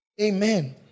Amen